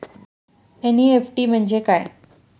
NEFT म्हणजे काय?